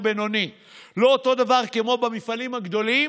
בינוני לא אותו דבר כמו במפעלים הגדולים?